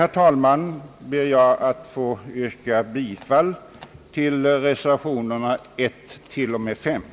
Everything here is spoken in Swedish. Med detta ber jag att få yrka bifall till reservationerna nr 1—535.